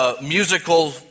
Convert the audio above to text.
musical